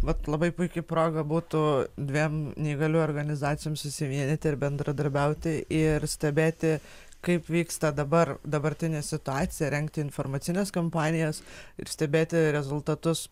vat labai puiki proga būtų dviem neįgaliųjų organizacijom susivienyti ir bendradarbiauti ir stebėti kaip vyksta dabar dabartinė situacija rengti informacines kampanijas ir stebėti rezultatus